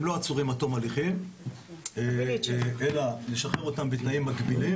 הם לא עצורים עד תום ההליכים אלא משוחררים בתנאים מגבילים,